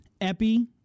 Epi